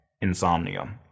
insomnia